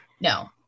no